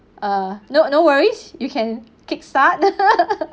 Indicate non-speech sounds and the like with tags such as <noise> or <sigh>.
err no no worries you can kickstart <laughs>